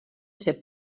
ser